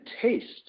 taste